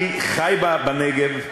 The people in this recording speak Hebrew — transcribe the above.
אני חי בנגב,